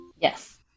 Yes